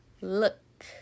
Look